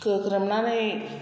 गोग्रोमनानै